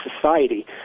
society